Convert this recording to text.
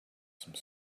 some